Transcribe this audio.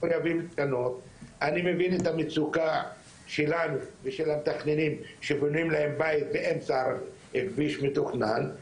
אני מבין המצוקה שלנו ושל המתכננים שבונים להם בית באמצע כביש מתוכנן,